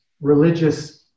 religious